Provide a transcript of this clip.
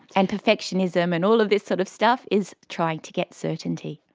and perfectionism and all of this sort of stuff is trying to get certainty.